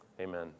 amen